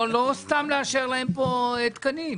לא סתם לאשר להם כאן תקנים.